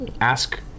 ask